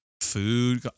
food